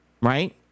right